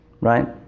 Right